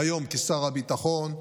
והיום כשר הביטחון,